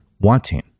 wanting